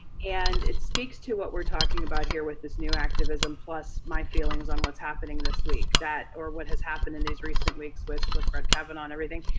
and it speaks to what we're talking about here with this new activism plus my feelings on what's happening this week or what has happened in these recent weeks with with brett kavanaugh and everything,